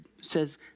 says